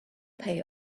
pay